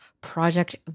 Project